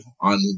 on